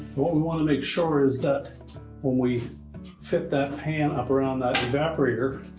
what we want to make sure is that when we fit that pan up around that evaporator,